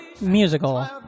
musical